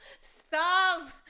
Stop